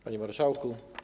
Panie Marszałku!